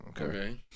Okay